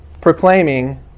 proclaiming